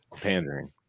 pandering